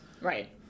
right